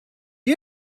you